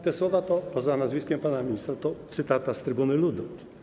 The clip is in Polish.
Te słowa poza nazwiskiem pana ministra to cytata z „Trybuny Ludu”